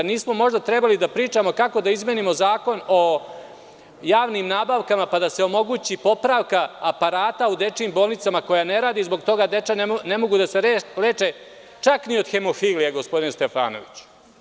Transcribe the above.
Da nismo možda trebali da pričamo kako da izmenimo Zakon o javnim nabavkama pa da se omogući popravka aparata koji ne rade u dečijim bolnicama i zbog toga deca ne mogu da se leče čak ni od hemofilije, gospodine Stefanoviću?